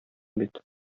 бит